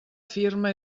firma